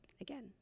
again